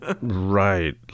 Right